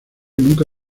nunca